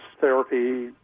therapy